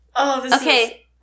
Okay